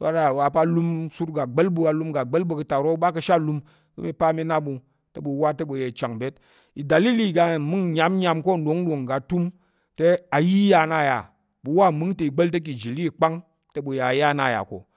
a yà alum sur ga gbá̱l ɓu ga gba̱l ɓu ka̱ aro u ɓa ka̱ ashe alum, te mi pa mi na ɓu te ɓu ya i chang byet i dalili iga mung nyam nyam ko nɗong ngga tum, te nna ya ko ɓu mung ta ko ka̱ ijili ikpang te ɓu ya aya nna yà ko.